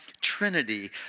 Trinity